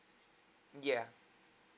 yeah